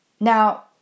Now